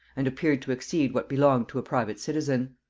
and appeared to exceed what belonged to a private citizen.